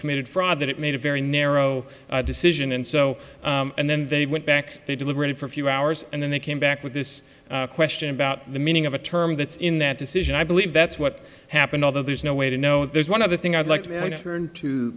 committed fraud that it made a very narrow decision and so and then they went back they deliberated for a few hours and then they came back with this question about the meaning of a term that's in that decision i believe that's what happened although there's no way to know there's one other thing i'd like to